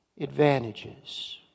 advantages